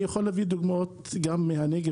אני יכול להביא דוגמאות גם מהנגב,